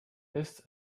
ist